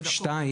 דרך